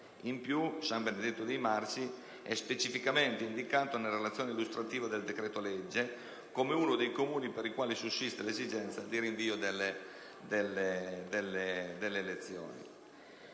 Inoltre, San Benedetto dei Marsi è specificamente indicato nella relazione illustrativa del decreto-legge come uno dei comuni per i quali sussiste l'esigenza del rinvio delle elezioni.